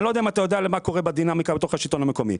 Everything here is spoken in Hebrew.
אני לא יודע אם אתה יודע מה קורה בדינמיקה בתוך השלטון המקומי.